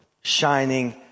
shining